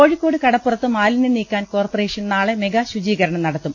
കോഴിക്കോട് കടപ്പുറത്ത് മാലിന്യം നീക്കാൻ കോർപ്പറേഷൻ നാളെ മെഗാശുചീകരണം നടത്തും